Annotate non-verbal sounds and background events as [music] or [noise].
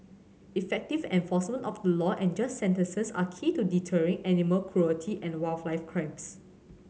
effective enforcement of the law and just sentences are key to deterring animal cruelty and wildlife [unintelligible]